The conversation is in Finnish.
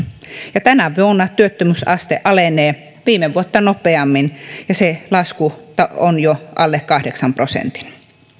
tänä vuonna työttömyysaste alenee viime vuotta nopeammin ja se on jo alle kahdeksan prosentin